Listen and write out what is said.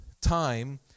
time